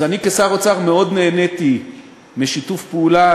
אז אני כשר האוצר מאוד נהניתי משיתוף פעולה